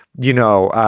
you know,